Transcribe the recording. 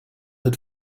had